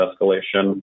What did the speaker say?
escalation